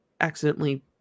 accidentally